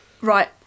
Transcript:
Right